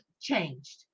changed